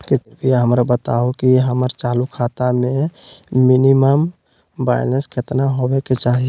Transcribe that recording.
कृपया हमरा बताहो कि हमर चालू खाता मे मिनिमम बैलेंस केतना होबे के चाही